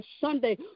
Sunday